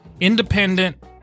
independent